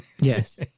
Yes